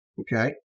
okay